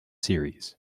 series